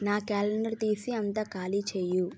నా క్యాలెండర్ తీసి అంతా ఖాళీ చేయి